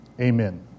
Amen